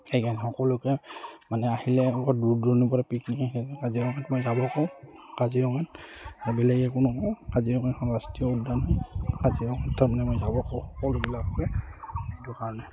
সেইকাৰণে সকলোকে মানে আহিলে দূৰ দূৰণিৰ পৰা পিকনিক কাজিৰঙাত মই যাব কওঁ কাজিৰঙাত আৰু বেলেগ একো নকওঁ কাজিৰঙাখন ৰাষ্ট্ৰীয় উদ্যান কাজিৰঙাত তাৰমানে মই যাব খো সকলবিলাকে সেইটো কাৰণে